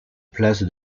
place